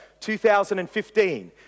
2015